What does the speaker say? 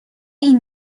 این